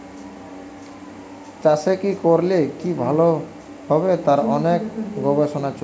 চাষের কি করলে কি ভালো হবে তার অনেক গবেষণা চলে